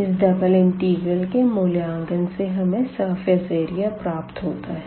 इस double integral के मूल्यांकन से हमें सरफेस एरिया प्राप्त होता है